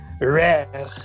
rare